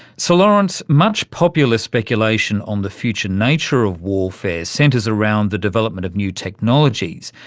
sir lawrence, much popular speculation on the future nature of warfare centres around the development of new technologies.